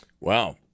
Wow